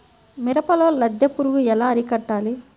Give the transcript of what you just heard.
మిరపలో లద్దె పురుగు ఎలా అరికట్టాలి?